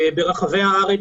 ברחבי הארץ,